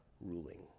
ruling